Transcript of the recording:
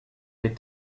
les